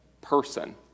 person